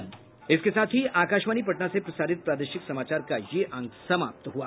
इसके साथ ही आकाशवाणी पटना से प्रसारित प्रादेशिक समाचार का ये अंक समाप्त हुआ